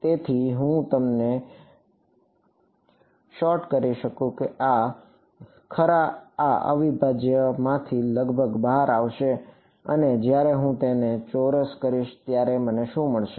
તેથી જો હું તમને સૉર્ટ કરી શકું કે આ આ અવિભાજ્યમાંથી લગભગ બહાર આવશે અને જ્યારે હું તેને ચોરસ કરીશ ત્યારે મને શું મળશે